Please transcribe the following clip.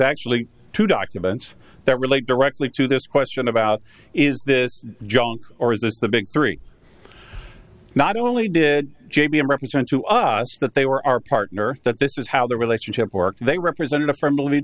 actually two documents that relate directly to this question about is this junk or is this the big three not only did jamie represent to us that they were our partner that this was how their relationship work they represented a firm believer